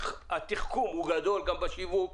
התחכום הוא גדול גם בשיווק.